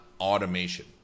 automation